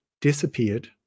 disappeared